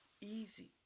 easy